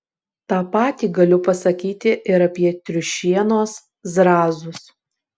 tą patį galiu pasakyti ir apie triušienos zrazus